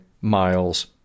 miles